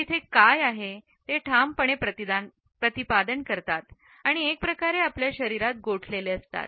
ते तिथे काय आहे ते ठामपणे प्रतिपादन करतात आणि एक प्रकारे आपल्या शरीरात गोठलेले असतात